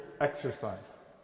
exercise